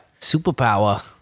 Superpower